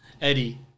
Eddie